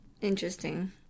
Interesting